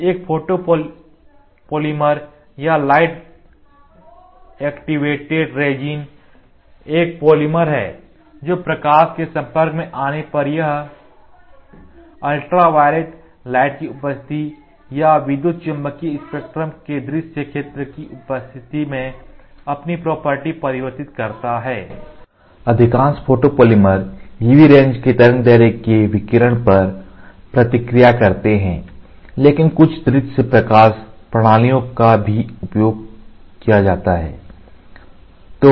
एक फोटोपॉलीमर या light activated resin एक पॉलीमर है जो प्रकाश के संपर्क पर आने पर यह अल्ट्रावायलेट लाइट की उपस्थिति पर या विद्युत चुम्बकीय स्पेक्ट्रम के दृश्य क्षेत्र की उपस्थिति में अपनी प्रॉपर्टी परिवर्तित करता है अधिकांश फोटोपॉलीमर UV रेंज के तरंग दैर्ध्य के विकिरण पर प्रतिक्रिया करते हैं लेकिन कुछ दृश्य प्रकाश प्रणालियों का भी उपयोग किया जाता है